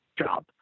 job